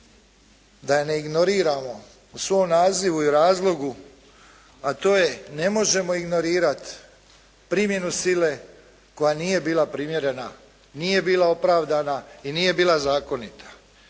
da je ne ignoriramo u svom nazivu i razlogu, a to je ne možemo ignorirati primjenu sile koja nije bila primjerena, nije bila opravdana i nije bila zakonita.